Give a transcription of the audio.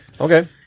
okay